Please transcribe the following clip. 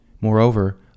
Moreover